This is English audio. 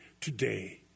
today